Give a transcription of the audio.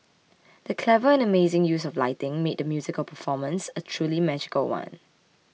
the clever and amazing use of lighting made the musical performance a truly magical one